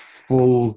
full